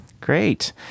Great